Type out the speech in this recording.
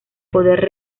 poder